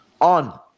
on